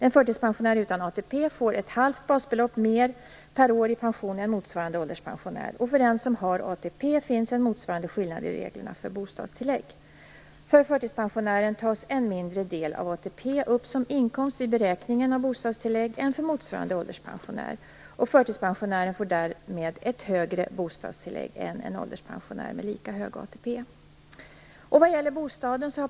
En förtidspensionär utan ATP får ett halvt basbelopp mer per år i pension än motsvarande ålderspensionär. För den som har ATP finns en motsvarande skillnad i reglerna för bostadstillägg. För förtidspensionären tas en mindre del av ATP upp som inkomst vid beräkningen av bostadstillägg än för motsvarande ålderspensionär. Förtidspensionären får därmed ett högre bostadstillägg än en ålderspensionär med lika hög ATP.